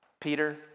Peter